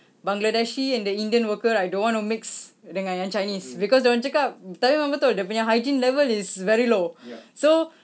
bangladeshi and the indian worker right don't want to mix dengan yang chinese because dia orang cakap tapi memang betul dia punya hygiene level is very low so